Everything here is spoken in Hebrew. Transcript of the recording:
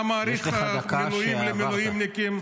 אתה מאריך את המילואים למילואימניקים,